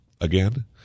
again